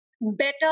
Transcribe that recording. better